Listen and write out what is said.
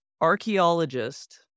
Archaeologist